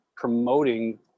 Promoting